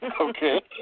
Okay